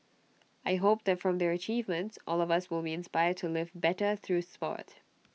I hope that from their achievements all of us will be inspired to live better through Sport